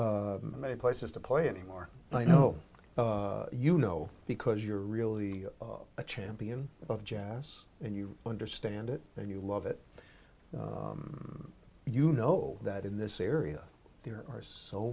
many places to play anymore i know you know because you're really a champion of jazz and you understand it and you love it you know that in this area there are so